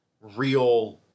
real